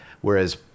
whereas